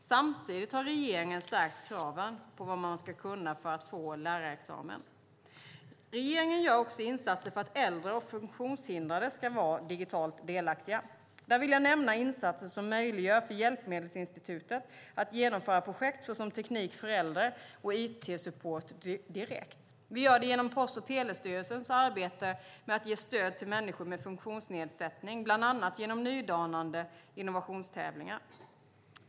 Samtidigt har regeringen stärkt kraven på vad man ska kunna för att få lärarexamen. Regeringen gör också insatser för att äldre och funktionshindrade ska vara digitalt delaktiga. Där vill jag nämna insatser som möjliggör för Hjälpmedelsinstitutet att genomföra projekt såsom Teknik för äldre och It-support direkt. Vi gör det genom Post och telestyrelsens arbete med att ge stöd till människor med funktionsnedsättning, bland annat genom nydanande innovationstävlingar.